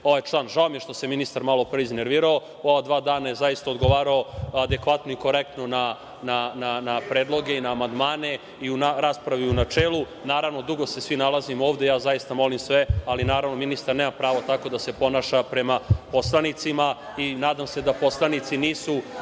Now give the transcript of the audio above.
član. Žao mi je što se ministar malopre iznervirao. U ova dva dana je zaista odgovarao adekvatno i korektno na predloge i na amandmane i u raspravi i u načelu. Naravno, dugo se svi nalazimo ovde, ja zaista molim sve, ali naravno ministar nema pravo tako da se ponaša prema poslanicima. Nadam se da poslanici nisu